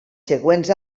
següents